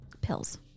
Pills